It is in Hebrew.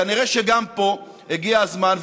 כנראה שגם פה הגיע הזמן,